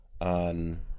on